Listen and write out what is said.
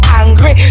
angry